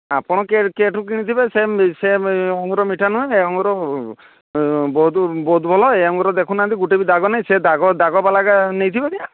ଆପଣ କେଠୁ କିଣିଥିବେ ସେ ସେ ଅଙ୍ଗୁର ମିଠା ନୁହେଁ ସେ ଅଙ୍ଗୁର ବହୁତ ବହୁତ ଭଲ ଏଇ ଅଙ୍ଗୁର ଦେଖୁନାହାନ୍ତି ଗୋଟିଏ ବି ଦାଗ ନାହିଁ ସେ ଦାଗ ଦାଗ ବାଲାଗା ନେଇଥିବେ କିଆଁ